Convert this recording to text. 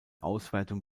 ausweitung